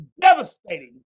devastating